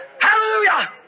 Hallelujah